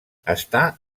està